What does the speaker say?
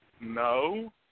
No